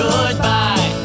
Goodbye